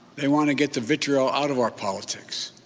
they want to get the vitriol out of our politics.